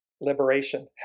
Liberation